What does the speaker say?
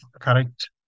correct